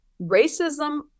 Racism